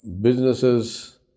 businesses